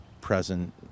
present